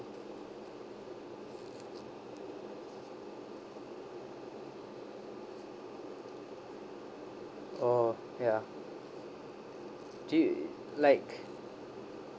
oh ya do you like